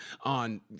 on